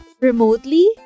remotely